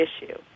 issue